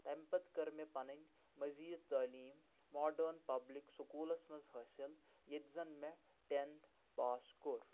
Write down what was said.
تمہِ پتہٕ کٔر مےٚ پنٕنۍ مٔزید تعلیٖم ماڈرن پبلک سکوٗلس منٛز حاصل ییٚتہِ زَن مےٚ ٹینتھ پاس کوٚر